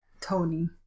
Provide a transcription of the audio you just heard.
Tony